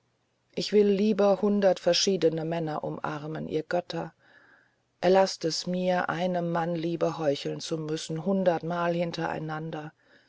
ich will lieber hundert verschiedene männer umarmen ihr götter erlaßt es mir einem mann liebe heucheln zu müssen hundertmal hintereinander